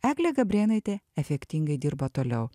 eglė gabrėnaitė efektingai dirba toliau